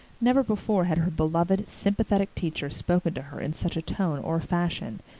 never before had her beloved, sympathetic teacher spoken to her in such a tone or fashion,